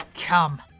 Come